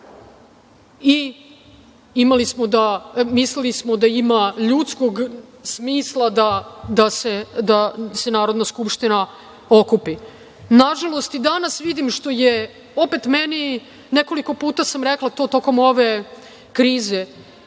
i mislili smo da ima ljudskog smisla da se Narodna skupština okupi. Nažalost, i danas ne vidim, što je opet meni, nekoliko puta sam rekla to tokom ove krize,